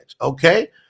okay